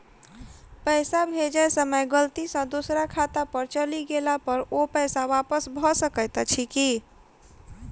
पैसा भेजय समय गलती सँ दोसर खाता पर चलि गेला पर ओ पैसा वापस भऽ सकैत अछि की?